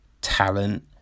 talent